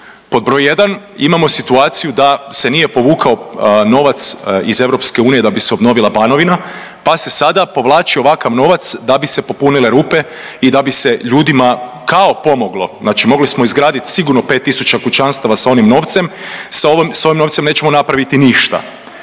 Pod broj 1 imamo situaciju da se nije povukao novac iz Europske unije da bi se obnovila Banovina, pa se sada povlači ovakav novac da bi se popunile rupe i da bi se ljudima kao pomoglo. Znači mogli smo izgraditi sigurno 5 tisuća kućanstava sa onim novcem. Sa ovim novcem nećemo napraviti ništa.